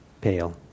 pale